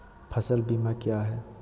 फ़सल बीमा क्या है?